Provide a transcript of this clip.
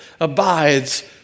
abides